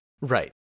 Right